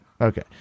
Okay